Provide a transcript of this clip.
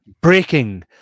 Breaking